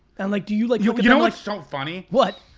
and like do you like you you know what's so funny? what?